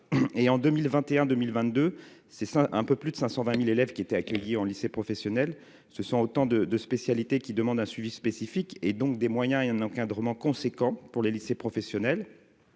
et en 2021 2022, c'est ça un peu plus de 520000 élèves qui étaient accueillis en lycée professionnel, ce sont autant de de spécialités qui demandent un suivi spécifique et donc des moyens et un encadrement conséquent pour les lycées professionnels,